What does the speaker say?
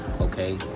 okay